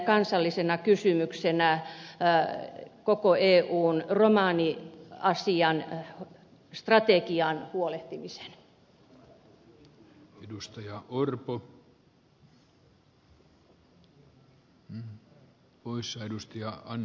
haavisto joka nosti kansainvälisenä ja kansallisena kysymyksenä koko eun romaniasian strategiasta huolehtimisen